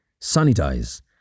sanitize